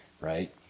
right